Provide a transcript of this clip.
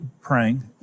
praying